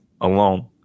alone